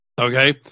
Okay